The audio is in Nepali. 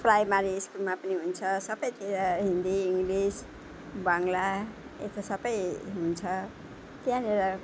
प्राइमरी स्कुलमा पनि हुन्छ सबैतिर हिन्दी इङ्लिस बाङ्ग्ला यता सबै हुन्छ त्यहाँनिर